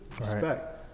Respect